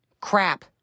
Crap